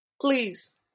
please